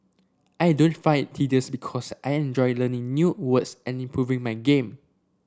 I don't find tedious because I enjoy learning new words and improving my game